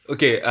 Okay